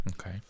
okay